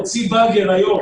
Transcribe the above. להוציא באגר היום